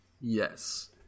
Yes